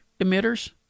emitters